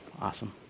Awesome